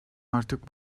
artık